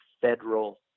federal